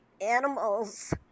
animals